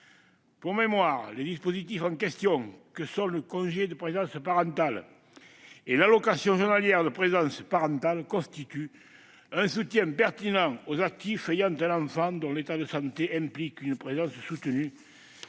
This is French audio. Pour mémoire, les dispositifs en question, le congé de présence parentale et l'allocation journalière de présence parentale, constituent un soutien pertinent aux actifs ayant un enfant dont l'état de santé implique une présence soutenue